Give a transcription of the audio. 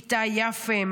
ואיתי יפה,